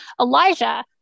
Elijah